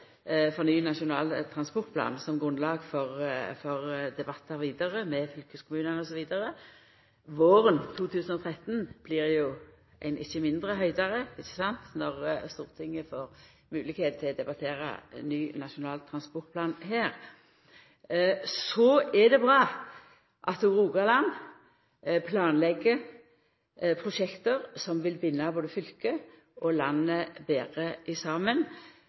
ny Nasjonal transportplan som grunnlag for debattar vidare med fylkeskommunane osv. Våren 2013 blir ein ikkje mindre «höjdare», når Stortinget får moglegheit til å debattera ny Nasjonal transportplan her. Det er bra at Rogaland planlegg prosjekt som vil binda både fylke og land betre saman. Eg skal ikkje forskottera dei prosessane som skal gå her i